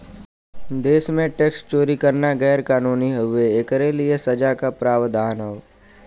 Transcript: देश में टैक्स चोरी करना गैर कानूनी हउवे, एकरे लिए सजा क प्रावधान हौ